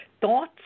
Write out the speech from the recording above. thoughts